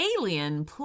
alien